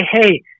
hey